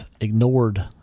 ignored